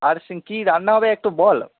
আর কী রান্না হবে একটু বল